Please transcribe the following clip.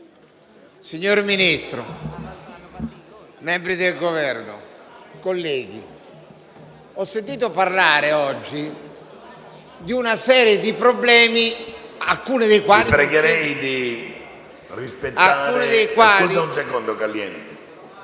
signor Ministro, membri del Governo, colleghi, oggi ho sentito parlare di una serie di problemi, alcuni dei quali